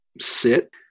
sit